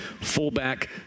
Fullback